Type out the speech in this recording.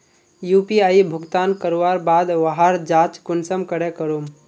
UPI भुगतान करवार बाद वहार जाँच कुंसम करे करूम?